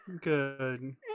good